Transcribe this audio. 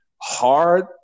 hard